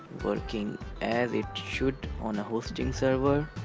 working as it should on a hosting server